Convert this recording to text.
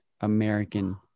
american